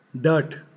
dirt